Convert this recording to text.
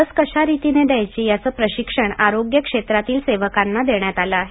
लस कशा रितीने दयायची याचं प्रशिक्षण आरोग्य क्षेत्रातील सेवकांना देण्यात आलं आहे